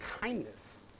kindness